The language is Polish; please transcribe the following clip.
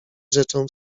rzeczą